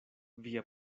via